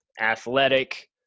athletic